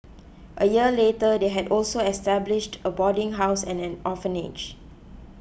a year later they had also established a boarding house and an orphanage